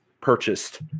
purchased